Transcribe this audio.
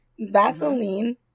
Vaseline